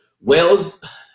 Wales